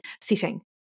setting